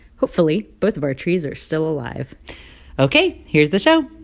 hopefully, both of our trees are still alive ok, here's the show